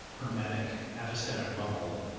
hermetic, epistemic bubble.